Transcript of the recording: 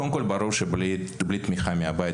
קודם כל ברור שבלי תמיכה מהבית,